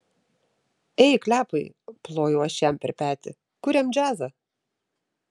ei klepai plojau aš jam per petį kuriam džiazą